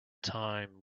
time